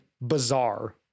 bizarre